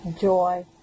joy